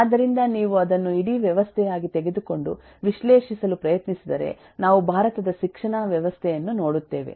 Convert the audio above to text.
ಆದ್ದರಿಂದ ನೀವು ಅದನ್ನು ಇಡೀ ವ್ಯವಸ್ಥೆಯಾಗಿ ತೆಗೆದುಕೊಂಡು ವಿಶ್ಲೇಷಿಸಲು ಪ್ರಯತ್ನಿಸಿದರೆ ನಾವು ಭಾರತದ ಶಿಕ್ಷಣ ವ್ಯವಸ್ಥೆಯನ್ನು ನೋಡುತ್ತೇವೆ